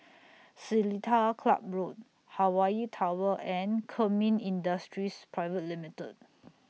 Seletar Club Road Hawaii Tower and Kemin Industries Private Limited